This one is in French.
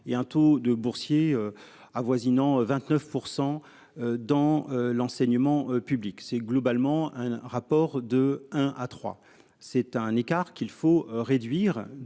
et un taux de boursiers avoisinant 29%. Dans l'enseignement public c'est globalement un rapport de un à 3, c'est un écart qu'il faut réduire